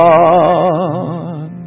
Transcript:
God